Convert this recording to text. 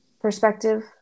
perspective